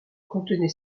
contenait